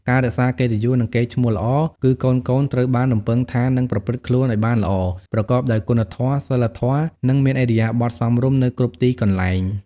ការរក្សាកិត្តិយស និងកេរ្តិ៍ឈ្មោះល្អ គឺកូនៗត្រូវបានរំពឹងថានឹង ប្រព្រឹត្តខ្លួនឲ្យបានល្អ ប្រកបដោយគុណធម៌ សីលធម៌ និងមានឥរិយាបថសមរម្យ នៅគ្រប់ទីកន្លែង។